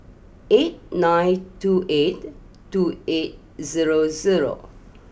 eight nine two eight two eight zero zero